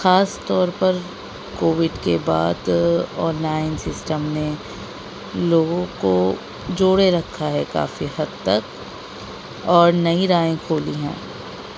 خاص طور پر کووڈ کے بعد آن لائن سسٹم نے لوگوں کو جوڑے رکھا ہے کافی حد تک اور نئی راہیں کھولی ہیں